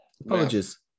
Apologies